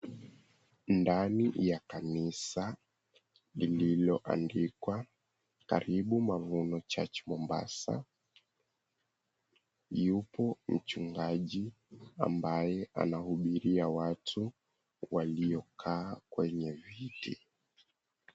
Ndani ya kanisa lililoandikwa karibu, Mavuno Church Mombasa, yupo mchungaji ambaye anahubiria watu waliokaa kwenye viti.